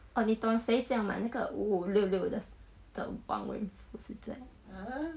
anita says 这样买那个五五六六的的话文字